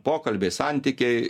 pokalbiai santykiai